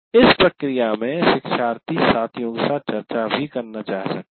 इस प्रक्रिया में शिक्षार्थी साथियों के साथ चर्चा करना चाह सकता है